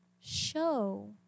show